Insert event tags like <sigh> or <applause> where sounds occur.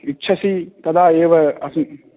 इच्छसि तदा एव <unintelligible>